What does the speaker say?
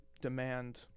demand